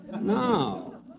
no